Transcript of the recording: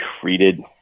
treated